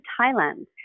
Thailand